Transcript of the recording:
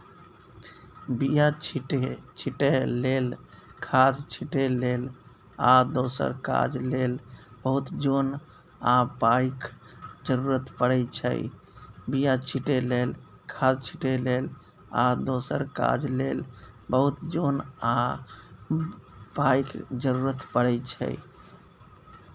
बीया छीटै लेल, खाद छिटै लेल आ दोसर काज लेल बहुत जोन आ पाइक जरुरत परै छै